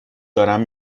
دارم